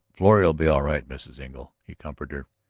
florrie'll be all right, mrs. engle, he comforted her.